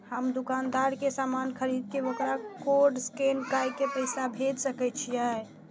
हम दुकानदार के समान खरीद के वकरा कोड स्कैन काय के पैसा भेज सके छिए?